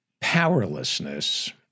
powerlessness